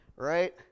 Right